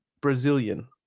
Brazilian